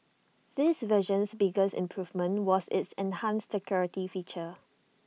this version's biggest improvement was its enhanced security feature